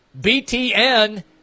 BTN